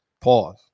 Pause